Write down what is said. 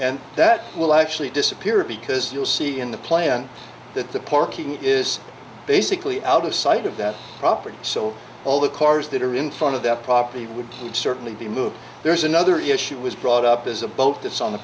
and that will actually disappear because you'll see in the plan that the parking is basically out of sight of that property so all the cars that are in front of that property would certainly be moved there's another issue was brought up is a boat this on the